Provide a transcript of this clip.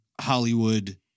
Hollywood